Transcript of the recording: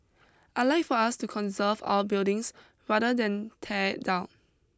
I'd like for us to conserve our buildings rather than tear it down